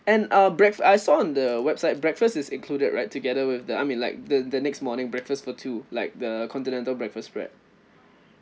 and uh breakf~ I saw on the website breakfast is included right together with the I mean like the the next morning breakfast for two like the continental breakfast spread